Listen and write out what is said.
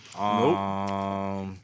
Nope